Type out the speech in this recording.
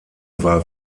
war